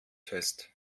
fest